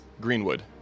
Greenwood